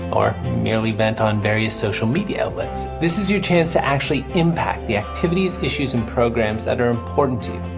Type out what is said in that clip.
or merely vent on various social media outlets. this is your chance to actually impact the activities, issues and programs that are important to you.